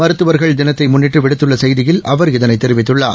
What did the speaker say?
மருத்துவர் தினத்தைமுன்ளிட்டுவிடுத்துள்ளசெய்தியில் அவர் இதனைத் தெரிவித்துள்ளார்